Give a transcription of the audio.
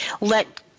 let